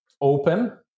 open